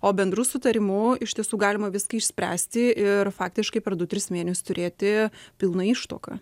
o bendru sutarimu iš tiesų galima viską išspręsti ir faktiškai per du tris mėnesius turėti pilną ištuoką